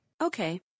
Okay